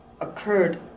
occurred